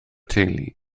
teulu